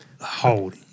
hold